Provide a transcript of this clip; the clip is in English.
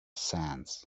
sands